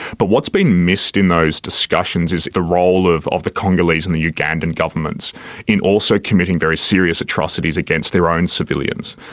but what's been missed in those discussions is the role of of the congolese and the ugandan governments in also committing very serious atrocities against their own civilians.